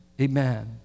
amen